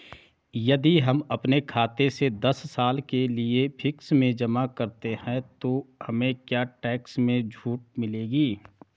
यदि हम अपने खाते से दस साल के लिए फिक्स में जमा करते हैं तो हमें क्या टैक्स में छूट मिलेगी?